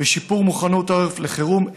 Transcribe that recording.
בשיפור מוכנות העורף לחירום,